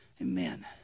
Amen